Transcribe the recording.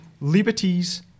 liberties